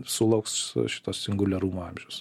sulauks šito singuliarumo amžiaus